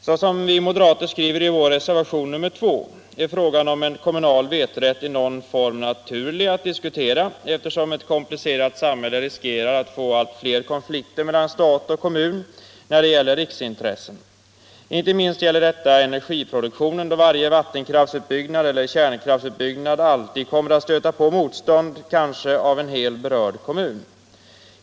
Såsom vi moderater framhåller i reservationen 2 är det naturligt att diskutera frågan om en kommunal vetorätt i någon form, eftersom man i ett komplicerat samhälle riskerar att få allt fler konflikter mellan stat och kommun när det gäller riksintressen. Inte minst gäller detta energiproduktionen, då varje vattenkraftsutbyggnad eller kärnkraftsutbyggnad alltid kommer att stöta på motstånd, kanske från en hel berörd kommun.